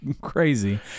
crazy